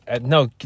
no